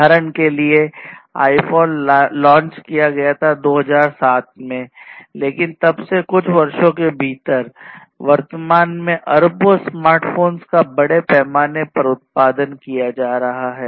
उदाहरण के लिए iPhone लॉन्च किया गया था 2007 में लेकिन तब से केवल कुछ वर्षों के भीतर वर्तमान में अरबों स्मार्टफोन्स का बड़े पैमाने पर उत्पादन किया जा रहा है